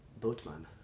Boatman